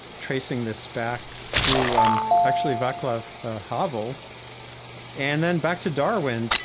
tracing this back through um actually vaclav havel and then back to darwin.